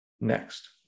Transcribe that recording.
next